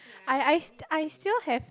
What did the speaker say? I I I still have